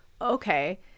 Okay